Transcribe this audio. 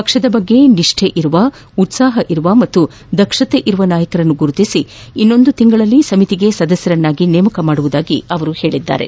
ಪಕ್ಷದ ಬಗ್ಗೆ ನಿಷ್ಠೆ ಇರುವ ಉತ್ಸಾಹಿ ಮತ್ತು ದಕ್ಷ ನಾಯಕರನ್ನು ಗುರುತಿಸಿ ಇನ್ನೊಂದು ತಿಂಗಳಲ್ಲಿ ಸಮಿತಿಗೆ ಸದಸ್ಯರನ್ನಾಗಿ ನೇಮಿಸುವುದಾಗಿ ಅವರು ಹೇಳಿದ್ದಾರೆ